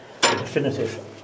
definitive